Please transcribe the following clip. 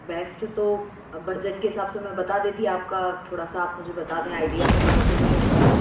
वैसे से तो बजट के हिसाब से मैं बता देती आप का थोड़ा सा आप मुझे बता दें आइडीआ तो मैं उस हिसाब से बता दूँ